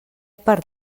per